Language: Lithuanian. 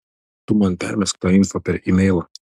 tu man permesk tą info per imeilą